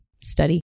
study